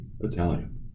Italian